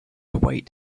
await